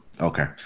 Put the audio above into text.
Okay